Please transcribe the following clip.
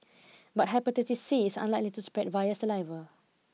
but hepatitis C is unlikely to spread via saliva